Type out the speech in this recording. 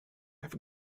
have